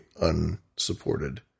unsupported